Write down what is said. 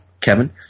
Kevin